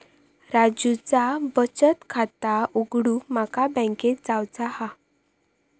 राजूचा बचत खाता उघडूक माका बँकेत जावचा हा